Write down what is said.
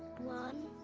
one